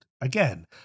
again